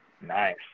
Nice